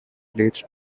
plagued